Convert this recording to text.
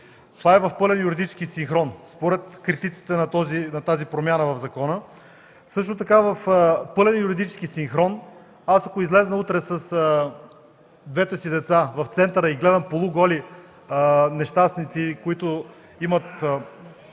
Това е в пълен юридически синхрон според критиците на тази промяна в закона. Също така е пълен юридически синхрон ако изляза утре с двете си деца в центъра и гледам полуголи нещастници, които имат